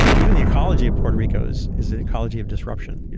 even the ecology of puerto rico is is an ecology of disruption.